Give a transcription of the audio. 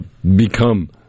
become